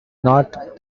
not